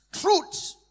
truth